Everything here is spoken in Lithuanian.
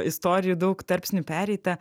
istorijų daug tarpsnių pereita